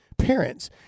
parents